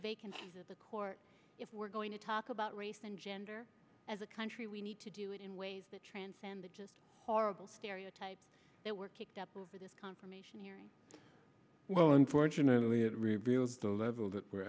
vacancies at the court if we're going to talk about race and gender as a country we need to do it in ways that transcend the just horrible stereotypes that were kicked up over this confirmation hearing well unfortunately it reveals the level that we're